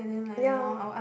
ya